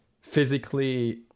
physically